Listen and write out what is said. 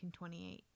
1928